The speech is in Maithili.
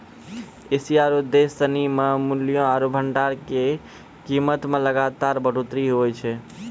एशिया रो देश सिनी मे मूल्य रो भंडार के कीमत मे लगातार बढ़ोतरी हुवै छै